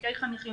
תיקי חניכים,